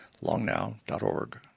longnow.org